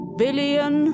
billion